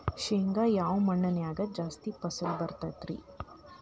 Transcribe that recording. ಶೇಂಗಾ ಯಾವ ಮಣ್ಣಿನ್ಯಾಗ ಜಾಸ್ತಿ ಫಸಲು ಬರತೈತ್ರಿ?